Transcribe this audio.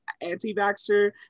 anti-vaxxer